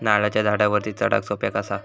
नारळाच्या झाडावरती चडाक सोप्या कसा?